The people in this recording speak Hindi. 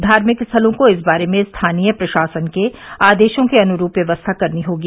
धार्मिक स्थलों को इस बारे में स्थानीय प्रशासन के आदेशों के अनुरूप व्यवस्था करनी होगी